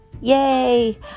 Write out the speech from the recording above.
Yay